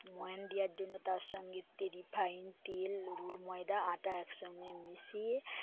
ময়ান দেওয়ার জন্য তার সঙ্গে তেল রিফাইন্ড তেল ময়দা আটা একসঙ্গে মিশিয়ে